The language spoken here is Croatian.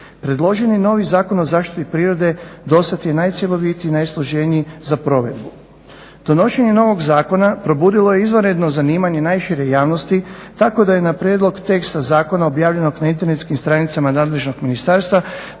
Predloženi novi Zakon o zaštiti prirode do sad je najcjelovitiji i najsloženiji za provedbu. Donošenje novog zakona probudilo je izvanredno zanimanje najšire javnosti tako da je na prijedlog teksta zakona objavljenog na internetskim stranicama nadležnog ministarstva